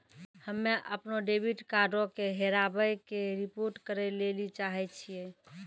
हम्मे अपनो डेबिट कार्डो के हेराबै के रिपोर्ट करै लेली चाहै छियै